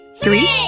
Three